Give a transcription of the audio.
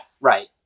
Right